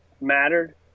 mattered